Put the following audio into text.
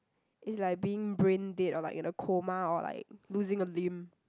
is like being brain dead or like in a coma or like losing a limb